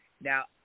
Now